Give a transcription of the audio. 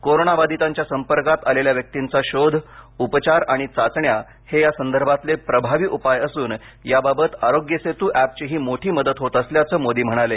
corona बाधितांच्या संपर्कात आलेल्या व्यक्तींचा शोध उपचार आणि चाचण्या हे या संदर्भातले प्रभावी उपाय असून या बाबत आरोग्य सेतू एपचीही मोठी मदत होत असल्याचं मोदी म्हणाले